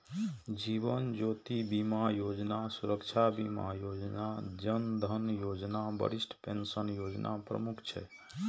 जीवन ज्योति बीमा योजना, सुरक्षा बीमा योजना, जन धन योजना, वरिष्ठ पेंशन योजना प्रमुख छै